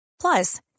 Plus